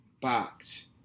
box